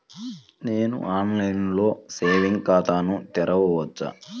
నేను ఆన్లైన్లో సేవింగ్స్ ఖాతాను తెరవవచ్చా?